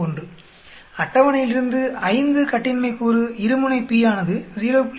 571 அட்டவணையிலிருந்து 5 கட்டின்மை கூறு இருமுனை p ஆனது 0